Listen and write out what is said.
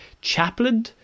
chaplain